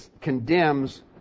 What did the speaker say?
condemns